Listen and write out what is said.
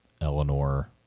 eleanor